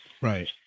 Right